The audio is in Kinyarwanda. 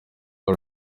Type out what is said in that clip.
the